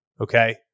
okay